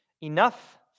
Enough